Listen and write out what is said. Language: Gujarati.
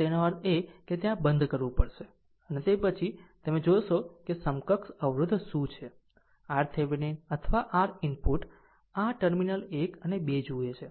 તેનો અર્થ એ કે ત્યાં બંધ કરવું પડશે અને તે પછી તમે સમજો કે સમકક્ષ અવરોધ શું છે RThevenin અથવા R ઇનપુટ આ ટર્મિનલ 1 અને 2 જુએ છે